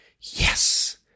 yes